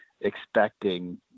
expecting